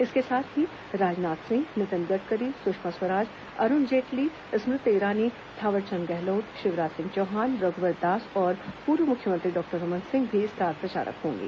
इसके साथ ही राजनाथ सिंह नितिन गडकरी सुषमा स्वराज अरुण जेटली स्मृति ईरानी थावरचंद गहलोत शिवराज सिंह चौहान रघुवर दास और पूर्व मुख्यमंत्री डॉक्टर रमन सिंह भी स्टार प्रचारक होंगे